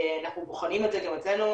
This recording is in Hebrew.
אנחנו בוחנים את זה גם אצלנו,